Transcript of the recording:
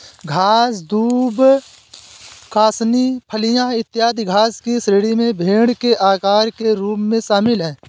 घास, दूब, कासनी, फलियाँ, इत्यादि घास की श्रेणी में भेंड़ के आहार के रूप में शामिल है